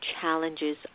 challenges